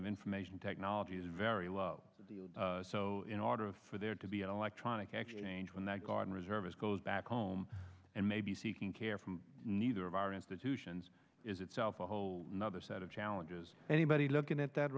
of information technology is very low so in order for there to be an electronic actually change when that guard reserve is goes back home and maybe seeking care from neither of our institutions is itself a whole nother set of challenges anybody looking at that